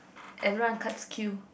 everyone cuts queue